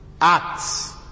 acts